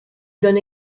donne